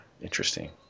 Interesting